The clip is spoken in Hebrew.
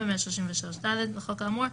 133ד לחוק האמור,